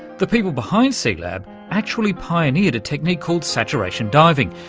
the people behind sealab actually pioneered a technique called saturation diving,